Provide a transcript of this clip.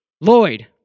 Lloyd